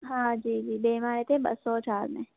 हा जी जी ॿिए माड़े ते ॿ सौ चार में